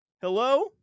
Hello